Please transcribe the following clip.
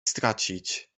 stracić